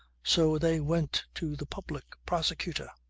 so they went to the public prosecutor